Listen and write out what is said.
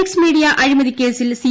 X media അഴിമതി കേസിൽ C